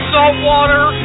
Saltwater